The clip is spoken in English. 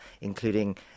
including